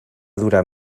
durar